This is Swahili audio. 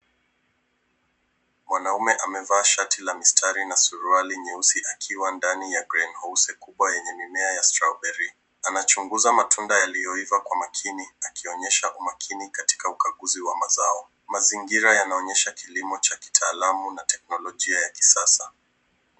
Mwanaume amevaa shati la mistari na suruali nyeusi akiwa ndani ya greenhouse kubwa yenye mimea ya strawberry. Anachunguza matunda yaliyoiva kwa makini akionyesha umakini katika ukaguzi wa mazao. Mazingira yanaonyesha kilimo cha kitaalamu na teknolojia ya kisasa.